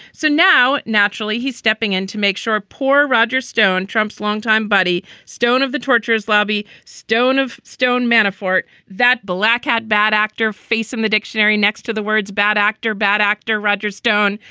so now, naturally, he's stepping in to make sure poor roger stone, trump's longtime buddy stone of the torture's lobby. stone of stone manafort, that blackhat bad actor facing the dictionary next to the words bad actor, bad actor roger stone.